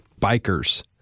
bikers